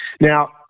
Now